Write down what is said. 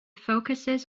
focuses